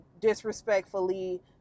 disrespectfully